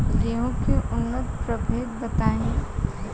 गेंहू के उन्नत प्रभेद बताई?